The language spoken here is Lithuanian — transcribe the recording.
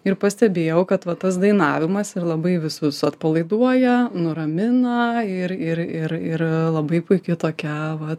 ir pastebėjau kad va tas dainavimas ir labai visus atpalaiduoja nuramina ir ir ir ir labai puikiai tokia vat